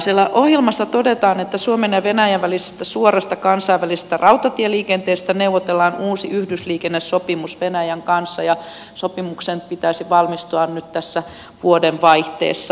siellä ohjelmassa todetaan että suomen ja venäjän välisestä suorasta kansainvälisestä rautatieliikenteestä neuvotellaan uusi yhdysliikennesopimus venäjän kanssa ja sopimuksen pitäisi valmistua nyt tässä vuodenvaihteessa